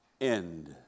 end